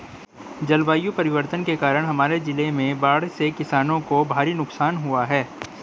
जलवायु परिवर्तन के कारण हमारे जिले में बाढ़ से किसानों को भारी नुकसान हुआ है